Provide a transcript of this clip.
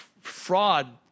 fraud